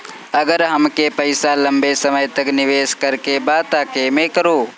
अगर हमके पईसा लंबे समय तक निवेश करेके बा त केमें करों?